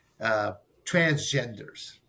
transgenders